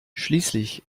schließlich